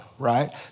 Right